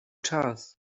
czas